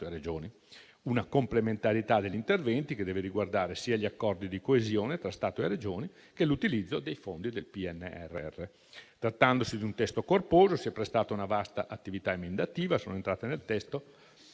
e Regioni, una complementarietà degli interventi che deve riguardare sia gli accordi di coesione tra Stato e Regioni che l'utilizzo dei fondi del PNRR. Trattandosi di un testo corposo, si è prestato a una vasta attività emendativa. Sono entrate nel testo